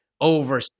over